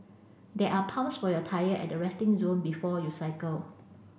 there are pumps for your tyre at the resting zone before you cycle